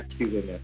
season